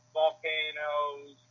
volcanoes